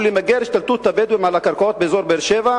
למגר את השתלטות הבדואים על הקרקעות באזור באר-שבע.